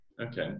Okay